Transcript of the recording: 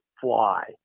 fly